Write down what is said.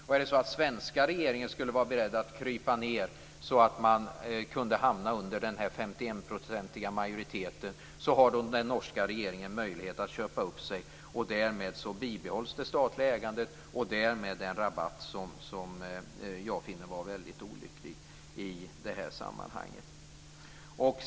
Om den svenska regeringen skulle vara beredd att krypa ned så att man kunde hamna under den 51 procentiga majoriteten har den norska regeringen möjlighet att köpa upp sig, och därmed bibehålls det statliga ägandet och därmed den rabatt som jag finner vara väldigt olycklig i det här sammanhanget.